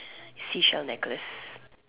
seashell necklace